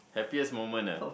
happiest moment ah